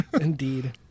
Indeed